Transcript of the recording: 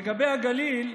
לגבי הגליל,